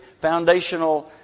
foundational